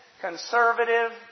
conservative